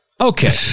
okay